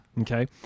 Okay